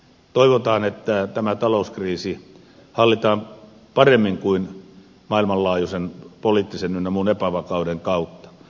toivotaan että tämä talouskriisi hallitaan paremmin kuin maailmanlaajuisen poliittisen ynnä muun epävakauden kautta